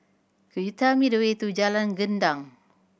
could you tell me the way to Jalan Gendang